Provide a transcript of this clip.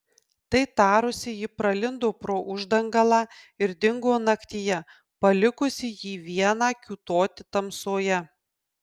tai tarusi ji pralindo pro uždangalą ir dingo naktyje palikusi jį vieną kiūtoti tamsoje